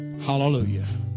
Hallelujah